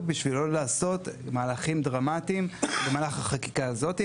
בשביל לא לעשות מהלכים דרמטיים במהלך החקיקה הזאת,